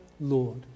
Lord